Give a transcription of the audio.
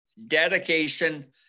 dedication